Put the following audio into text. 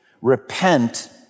Repent